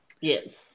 Yes